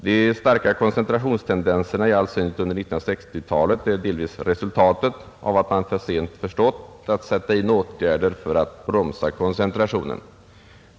De starka koncentrationstendenserna, i all synnerhet under 1960-talet, är delvis resultatet av att man för sent har förstått att sätta in åtgärder för att bromsa koncentrationen.